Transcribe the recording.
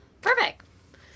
Perfect